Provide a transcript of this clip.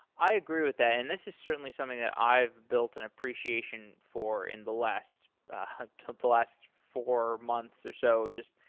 i agree with that, and this is certainly something that i've built an appreciation for in the last ah the last four months or so. honestly,